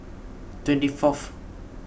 twenty fourth